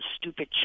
stupid